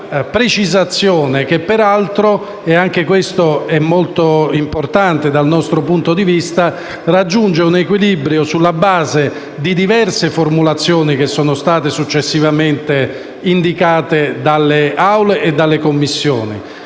una precisazione che, peraltro - e anche questo è molto importante dal nostro punto di vista - raggiunge un equilibrio sulla base delle diverse formulazioni che sono state successivamente indicate dalle Assemblee e dalle Commissioni,